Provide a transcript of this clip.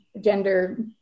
gender